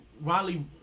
Riley